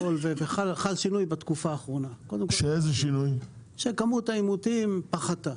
בתקופה האחרונה חל שינוי וכמות האימותים פחתה.